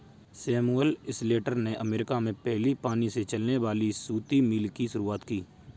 Samuel Slater ने America में पहली पानी से चलने वाली सूती मिल की शुरुआत की